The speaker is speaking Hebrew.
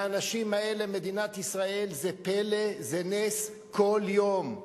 לאנשים האלה מדינת ישראל זה פלא, זה נס כל יום.